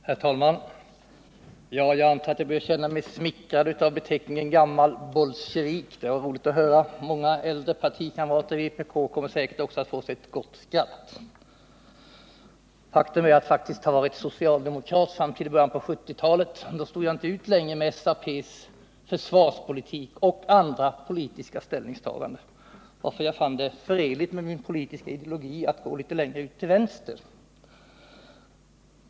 Herr talman! Jag antar att jag bör känna mig smickrad av beteckningen gammal bolsjevik. Det var roligt att höra den, och många äldre partikamrater i vpk kommer säkert också att få sig ett gott skratt. Faktum är att jag har varit socialdemokrat fram till början av 1970-talet, men då stod jag inte ut längre med SAP:s försvarspolitik och andra politiska ställningstaganden, varför jag fann det förenligt med min politiska ideologi att gå litet längre ut till vänster.